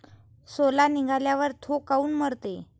सोला निघाल्यावर थो काऊन मरते?